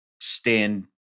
stand